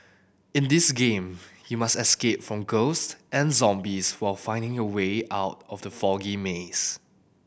in this game you must escape from ghost and zombies while finding your way out from the foggy maze